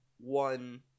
one